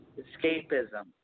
escapism